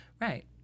Right